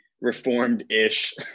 reformed-ish